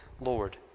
Lord